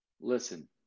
Listen